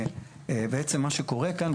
בעצם מה שקורה כאן,